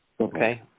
Okay